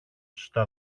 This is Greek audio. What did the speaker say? στα